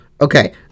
Okay